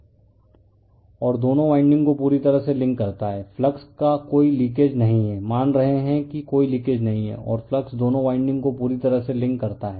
refer slide time 0529 और दोनों winding को पूरी तरह से लिंक करता है फ्लक्स का कोई लीकेज नहीं है मान रहे हैं कि कोई लीकेज नहीं है और फ्लक्स दोनों वाइंडिंग को पूरी तरह से लिंक करता है